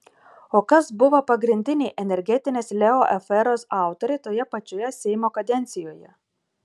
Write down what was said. o kas buvo pagrindiniai energetinės leo aferos autoriai toje pačioje seimo kadencijoje